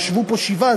ישבו פה שבעה.